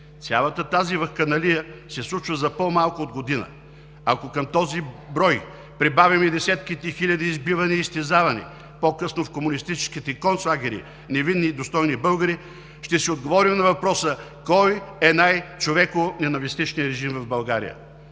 Цялата тази вакханалия се случва за по-малко от година. Ако към този брой прибавим и десетките хиляди избивани и изтезавани по късно в комунистическите концлагери невинни и достойни българи, ще си отговорим на въпроса кой е най човеконенавистническия режим в България?